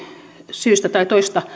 syystä tai